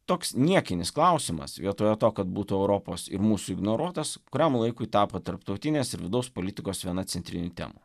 toks niekinis klausimas vietoje to kad būtų europos ir mūsų ignoruotas kuriam laikui tapo tarptautinės ir vidaus politikos viena centrinių temų